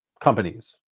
companies